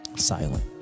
Silent